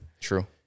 true